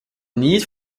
need